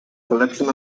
collection